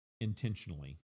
intentionally